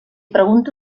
pregunto